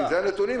אלו הנתונים,